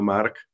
Mark